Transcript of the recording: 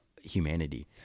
humanity